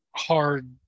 hard